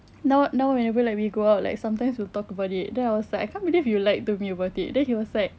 now now whenever like we go out like sometimes we will talk about it then I was like I can't believe you lied to me about it then he was like